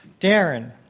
Darren